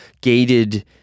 gated